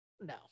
No